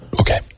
Okay